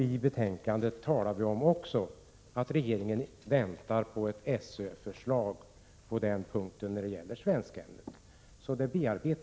I betänkandet talar vi också om att regeringen väntar på ett SÖ-förslag när det gäller svenskämnet.